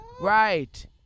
right